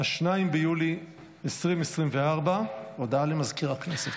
2 ביולי 2024. הודעה למזכיר הכנסת.